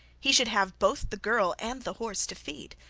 he should have both the girl and the horse to feed,